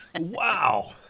Wow